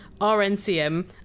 RNCM